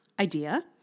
Idea